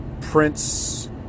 Prince